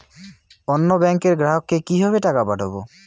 অন্য ব্যাংকের গ্রাহককে কিভাবে টাকা পাঠাবো?